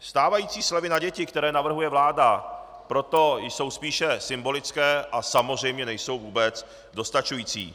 Stávající slevy na děti, které navrhuje vláda, proto jsou spíše symbolické a samozřejmě nejsou vůbec dostačující.